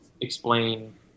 explain